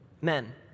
Men